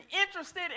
interested